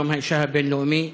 יום האישה הבין-לאומי,